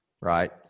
Right